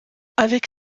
avec